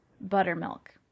buttermilk